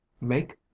make